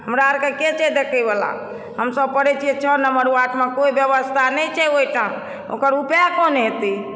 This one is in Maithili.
हमराअरकऽ के छै देखयबला हमसभ पड़ैत छियै छओ नम्बर वार्डमऽ कोइ व्यवस्था नहि छै ओइठमा ओकर उपाय कोन हेतय